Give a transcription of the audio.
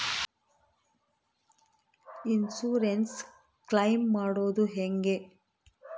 Insurance claim ಮಾಡದು ಹೆಂಗೆ?